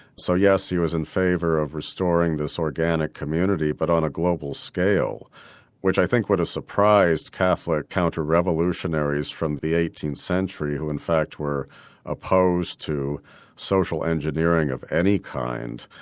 so yes, he was in favour of restoring this organic community but on a global scale which i think would have surprised catholic counter-revolutionaries from the eighteenth century who in fact were opposed to social engineering of any kind.